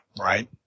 right